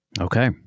Okay